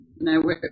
No